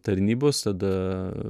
tarnybos tada